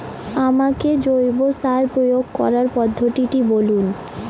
আমাকে জৈব সার প্রয়োগ করার পদ্ধতিটি বলুন?